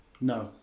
No